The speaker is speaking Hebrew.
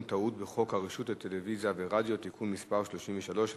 טעות בחוק הרשות לטלוויזיה ורדיו (תיקון מס' 33),